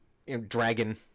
dragon